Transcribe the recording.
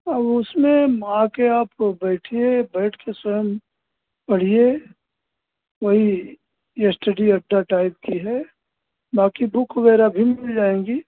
अब उसमें आकर आप बैठिए बैठकर स्वयं पढ़िए वही इस्टडी अड्डा टाइप की है बाक़ी बुक वग़ैरह भी मिल जाएंगी